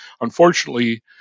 unfortunately